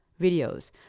videos